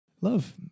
Love